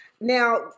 Now